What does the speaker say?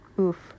oof